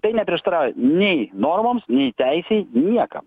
tai neprieštarauja nei normoms nei teisei niekam